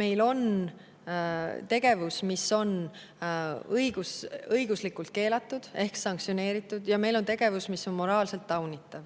meil on tegevused, mis on õiguslikult keelatud ehk sanktsioneeritud, ja meil on tegevused, mis on moraalselt taunitavad.